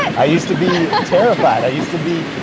i used to be terrified, i used to be,